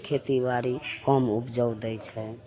खेती बाड़ी कम उपजाउ दै छै